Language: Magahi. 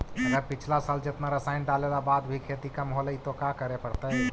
अगर पिछला साल जेतना रासायन डालेला बाद भी खेती कम होलइ तो का करे पड़तई?